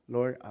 Lord